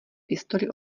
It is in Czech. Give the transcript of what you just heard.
pistoli